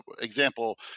example